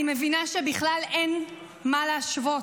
אני מבינה שבכלל אין מה להשוות.